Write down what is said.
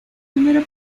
número